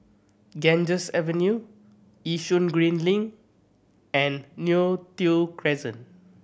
Ganges Avenue Yishun Green Link and Neo Tiew Crescent